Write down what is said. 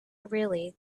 really